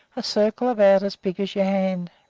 a circle about as big as your hand.